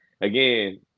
Again